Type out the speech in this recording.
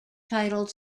titled